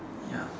ya